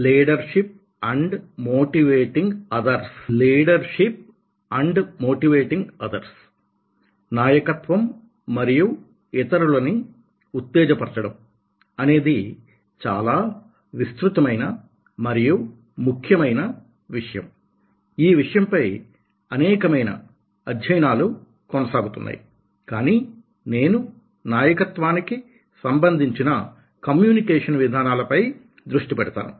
leadership and motivating others నాయకత్వం మరియు ఇతరులని ఉత్తేజపరచడం అనేది చాలా విస్తృతమైన మరియు ముఖ్యమైన విషయం ఈ విషయంపై అనేకమైన అధ్యయనాలు కొనసాగుతున్నాయి కానీ నేను నాయకత్వానికి సంబంధించిన కమ్యూనికేషన్ విధానాలపై దృష్టి పెడతాను